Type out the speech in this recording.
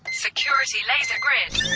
security laser grid